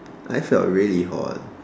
I felt really hot